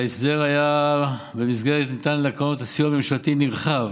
ההסדר היה כזה שבמסגרתו ניתן לקרנות סיוע ממשלתי נרחב,